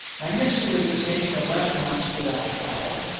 magnitski was detained for eleven months without trial.